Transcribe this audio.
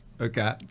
Okay